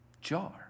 jar